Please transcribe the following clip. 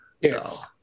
Yes